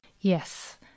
yes